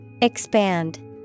expand